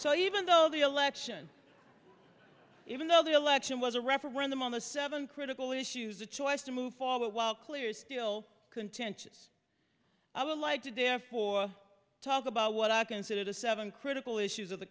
so even though the election even though the election was a referendum on the seven critical issues the choice to move forward while clear still contentious i would like to there for talk about what i consider the seven critical issues of the